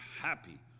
happy